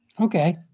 Okay